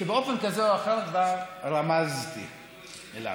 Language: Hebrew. שבאופן כזה או אחר כבר רמזתי עליו.